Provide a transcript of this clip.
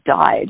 died